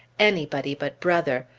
anybody but brother!